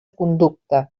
conducta